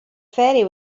ferry